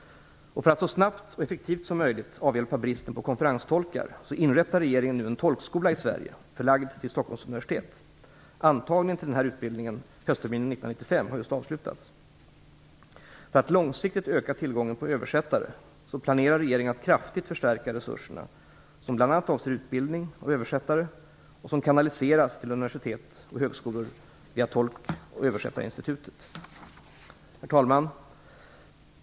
För att så snabbt och effektivt som möjligt avhjälpa bristen på konferenstolkar inrättar regeringen en tolkskola i Sverige förlagd till Stockholms universitet. har just avslutats. För att långsiktigt öka tillgången på översättare planerar regeringen att kraftigt förstärka resurserna som bl.a. avser utbildning av översättare och som kanaliseras till universitet och högskolor via Tolkoch översättarinstitutet. Herr talman!